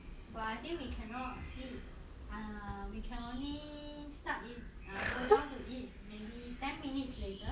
but I think we cannot eat we can stuck go down to eat maybe ten minutes later